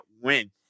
win